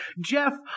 Jeff